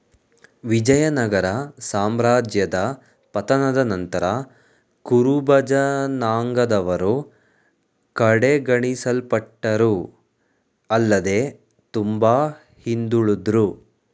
ವಿಜಯನಗರ ಸಾಮ್ರಾಜ್ಯದ ಪತನದ ನಂತರ ಕುರುಬಜನಾಂಗದವರು ಕಡೆಗಣಿಸಲ್ಪಟ್ಟರು ಆಲ್ಲದೆ ತುಂಬಾ ಹಿಂದುಳುದ್ರು